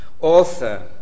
author